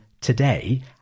today